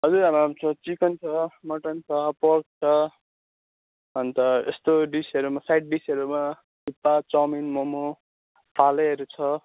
हजुर हाम्रो चिकन छ मटन छ पोर्क छ अन्त यस्तो डिसहरूमा साइड डिसहरूमा थुक्पा चउमिन मोमो फालेहरू छ